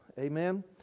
Amen